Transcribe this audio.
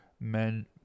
men